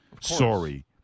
sorry